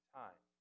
time